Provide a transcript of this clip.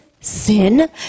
sin